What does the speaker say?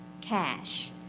cash